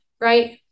Right